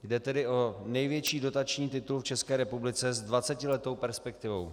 Jde tedy o největší dotační titul v České republice s dvacetiletou perspektivou.